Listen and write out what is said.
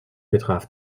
betraf